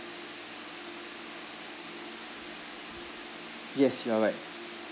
yes you are right